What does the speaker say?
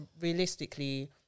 realistically